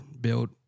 build